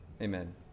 Amen